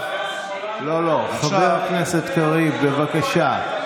היה שמאלן, חבר הכנסת קריב, בבקשה.